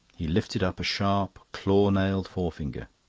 he lifted up a sharp, claw-nailed forefinger.